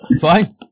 Fine